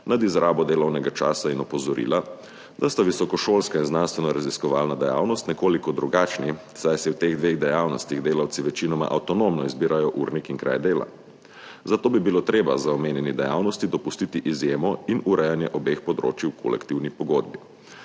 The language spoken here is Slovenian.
nad izrabo delovnega časa in opozorila, da sta visokošolska in znanstvenoraziskovalna dejavnost nekoliko drugačni, saj si v teh dveh dejavnostih delavci večinoma avtonomno izbirajo urnik in kraj dela, zato bi bilo treba za omenjeni dejavnosti dopustiti izjemo in urejanje obeh področij v kolektivni pogodbi.